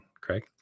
Craig